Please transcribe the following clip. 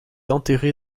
enterré